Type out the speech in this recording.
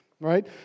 right